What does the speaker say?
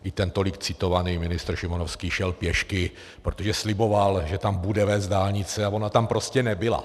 I ten tolik citovaný ministr Šimonovský šel pěšky, protože sliboval, že tam bude vést dálnice, a ona tam prostě nebyla!